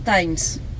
times